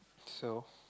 so